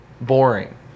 boring